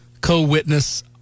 co-witness